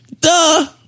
Duh